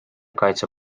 kaitse